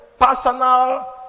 personal